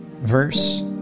verse